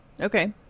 Okay